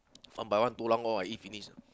one by one tulang all I eat finish